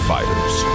Fighters